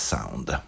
Sound